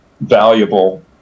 valuable